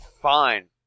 Fine